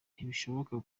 ntibishoboka